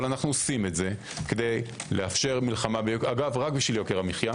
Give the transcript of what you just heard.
אבל אנחנו עושים את זה - אגב רק בשביל יוקר המחיה.